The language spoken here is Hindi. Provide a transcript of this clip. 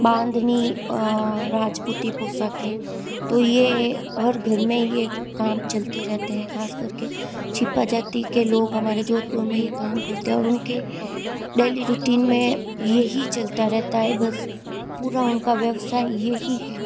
बांधनी राजपूती पोशाकें तो यह और घर में यह काम चलते रहते हैं खास करके छिपा जाति के लोग हमारे जोधपुर में यह काम करते हैं और उनके डेली रूटीन में यही चलता रहता है बस पूरा उनका व्यवसाय यही है